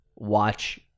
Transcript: watch